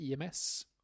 EMS